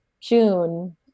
June